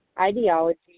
ideology